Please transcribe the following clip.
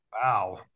Wow